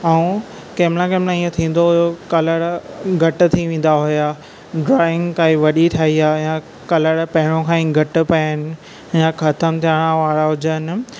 ऐं कंहिं महिल कंहिं महिल इएं थींदो हुयो कलर घटि थी वेंदा हुया ड्रॉइंग काई वॾी ठही आहे या कलर पहिरियों खां ई घटि पया आहिनि या ख़तम थियण वारा हुजनि